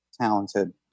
talented